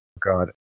God